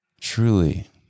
truly